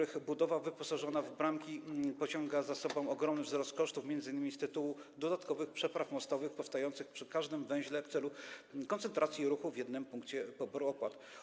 Ich budowa z wyposażeniem w bramki pociąga za sobą ogromny wzrost kosztów, m.in. z tytułu dodatkowych przepraw mostowych powstających przy każdym węźle w celu koncentracji ruchu w jednym punkcie poboru opłat.